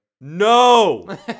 No